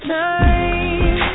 time